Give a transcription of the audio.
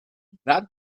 that